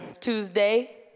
Tuesday